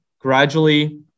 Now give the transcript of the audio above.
gradually